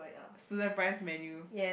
student price menu